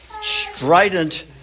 strident